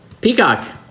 peacock